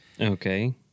Okay